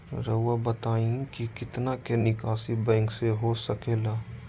रहुआ बताइं कि कितना के निकासी बैंक से हो सके ला?